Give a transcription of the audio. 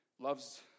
Love's